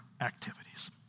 activities